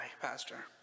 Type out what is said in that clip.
Pastor